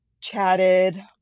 chatted